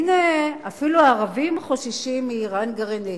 הנה, אפילו הערבים חוששים מאירן גרעינית.